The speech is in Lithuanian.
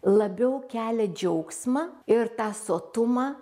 labiau kelia džiaugsmą ir tą sotumą